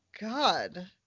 God